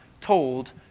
told